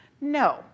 No